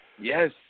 Yes